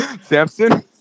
Samson